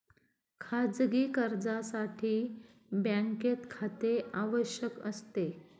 खाजगी कर्जासाठी बँकेत खाते आवश्यक असते